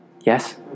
Yes